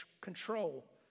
control